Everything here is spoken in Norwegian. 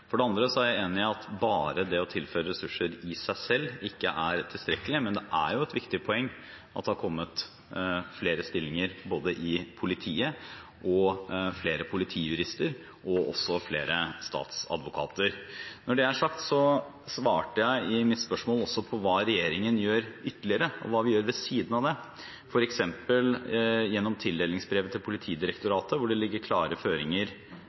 For det andre er jeg enig i at bare det å tilføre ressurser i seg selv ikke er tilstrekkelig, men det er et viktig poeng at det er kommet flere stillinger i politiet, flere politijurister og også flere statsadvokater. Når det er sagt, svarte jeg i mitt spørsmål også på hva regjeringen gjør ytterligere, og hva vi gjør ved siden av det, f.eks. gjennom tildelingsbrevet til Politidirektoratet, der det ligger klare føringer